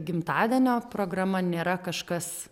gimtadienio programa nėra kažkas